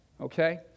okay